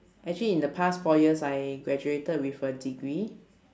actually in the past four years I graduated with a degree